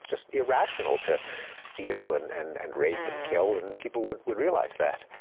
just irrational to steal and and and rape and kill, and people would would realize that.